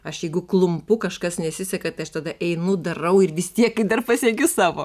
aš jeigu klumpu kažkas nesiseka tai aš tada einu darau ir vis tiek dar pasiekiu savo